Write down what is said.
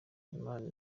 imana